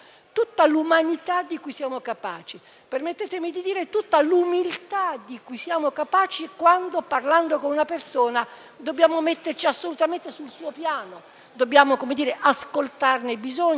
tutta l'umanità di cui siamo capaci, permettetemi di dire tutta l'umiltà di cui siamo capaci quando, parlando con una persona, dobbiamo metterci assolutamente sul suo piano, dobbiamo ascoltarne i bisogni,